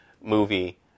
movie